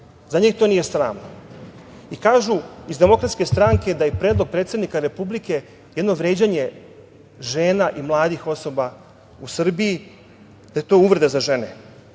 Za njih to nije sramno. Kažu iz DS da je predlog predsednika Republike jedno vređanje žena i mladih osoba u Srbiji, da je to uvreda za žene.